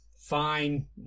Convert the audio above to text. Fine